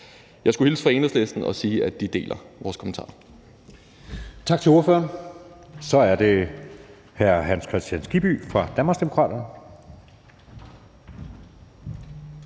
Jeg skulle hilse fra Enhedslisten og sige, at de deler vores standpunkt.